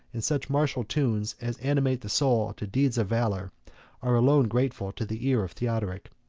and such martial tunes as animate the soul to deeds of valor are alone grateful to the ear of theodoric.